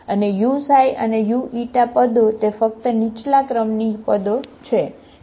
અને u અને u પદો તે ફક્ત નીચલા ક્રમની પદો છે